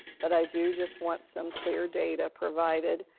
but i do just want some clear data provided.